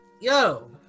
Yo